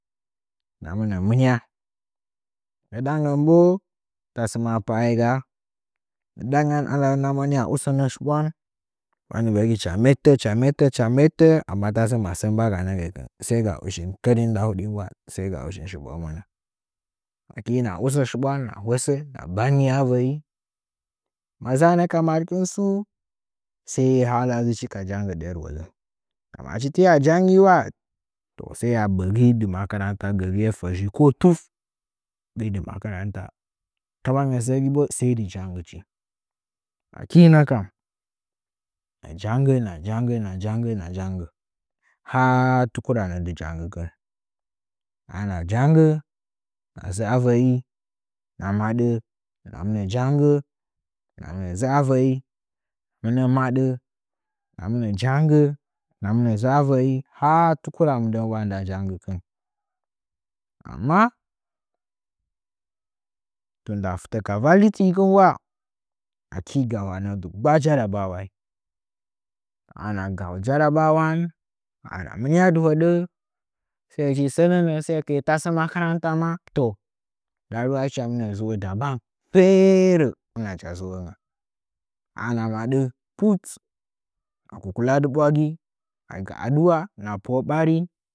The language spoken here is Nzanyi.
Hɨna mɨnə mɨnia ndɨdangən bo tasə ma pa’ aiga ndɨɗangən hala hɨcha moni a usənə shiɓulan bwandɨvəgi hɨcha mittə hɨcha mettə amma tasə anyan banganə gəkin hɨchi kɨriin ɗɨn nda hudin saiga ushin shiɓwaunəngən aki hɨna usə shiɓwan hɨna bangi avə’i ma dzaanə ka maɗkɨn tsu sai hala dzɨchi ka jangə derwolə nggami achi tiwa janggi wa to saiya bəgi dɨ makaranta ki tuf gəi dɨ makaranta kalangri sə gi bo sai dɨ makaranta aki məkam hɨna janggə hɨna janggə haa tuku ranə dɨ janggɨ chi ana janggə hinə dzu a vəi hɨna madə hɨna mɨnə janggə hɨna mɨ nə dzu avəi hɨna madə hɨna mɨnə jangyə hɨna mɨnə dzua və’i haa tukura mɨndən ula nda janggɨkɨn ula aki gahwanə dɨgba jarabawaing ana gau jarabawaing hɨn’a mɨnia dɨhoɗə sai nji sənə nə’ə sayekɨye tasə makaranta ma to rayuwa hɨcha mɨnə mɨnə’ə dabang ferə mɨna chi zu’d ana madə put hɨns kukuladɨ ɓwagi hɨna gə adu’a pwa’a ɓari.